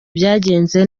byagenze